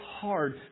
hard